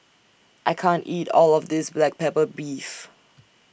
I can't eat All of This Black Pepper Beef